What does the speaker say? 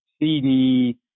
CD